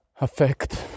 effect